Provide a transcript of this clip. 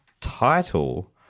title